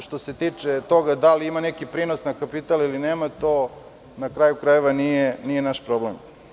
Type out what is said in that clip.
Što se tiče toga da li ima neki prinos na kapital ili nema, to, na kraju krajeva, nije naš problem.